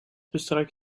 bestrijkt